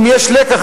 אם יש לקח,